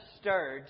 stirred